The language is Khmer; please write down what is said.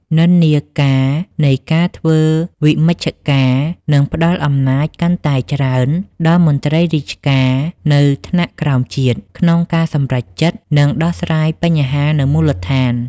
និន្នាការនៃការធ្វើវិមជ្ឈការនឹងផ្តល់អំណាចកាន់តែច្រើនដល់មន្ត្រីរាជការនៅថ្នាក់ក្រោមជាតិ ក្នុងការសម្រេចចិត្ត និងដោះស្រាយបញ្ហានៅមូលដ្ឋាន។